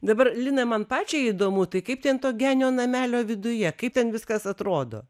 dabar lina man pačiai įdomu tai kaip ten to genio namelio viduje kaip ten viskas atrodo